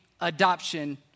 adoption